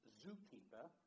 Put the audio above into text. zookeeper